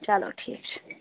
چلو ٹھیٖک چھُ تیٚلہِ